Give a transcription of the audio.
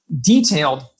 detailed